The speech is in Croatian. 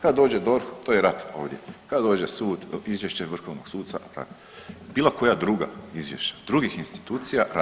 Kad dođe DORH to je rat ovdje, kad dođe sud, izvješće vrhovnog suca rat, bilo koja druga izvješća, drugih institucija